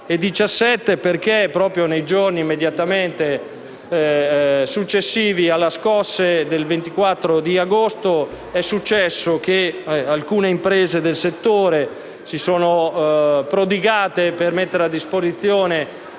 del 2017. Proprio nei giorni immediatamente successivi alle scosse del 24 agosto, infatti, alcune imprese del settore si sono prodigate per mettere a disposizione